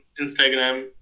Instagram